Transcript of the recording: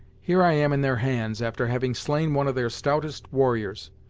here i am in their hands, after having slain one of their stoutest warriors,